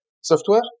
software